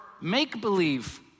make-believe